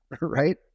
right